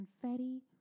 confetti